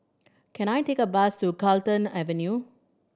can I take a bus to Carlton Avenue